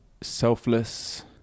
selfless